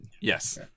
yes